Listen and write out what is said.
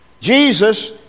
Jesus